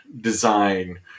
design